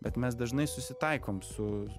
bet mes dažnai susitaikom su